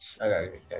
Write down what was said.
okay